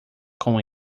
com